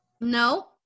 No